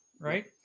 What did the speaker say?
right